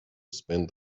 spend